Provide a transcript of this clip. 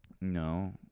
No